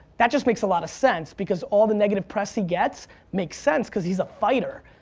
that just makes a lot of sense because all the negative press he gets makes sense because he's a fighter.